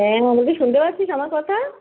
হ্যাঁ বলছি শুনতে পাচ্ছিস আমার কথা